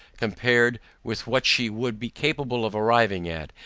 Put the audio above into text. compared with what she would be capable of arriving at,